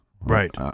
right